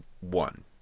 one